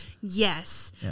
Yes